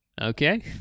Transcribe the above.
Okay